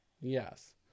Yes